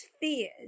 fears